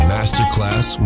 Masterclass